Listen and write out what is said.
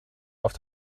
auf